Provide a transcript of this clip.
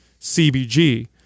CBG